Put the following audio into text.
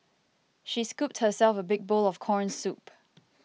she scooped herself a big bowl of Corn Soup